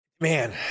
man